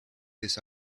this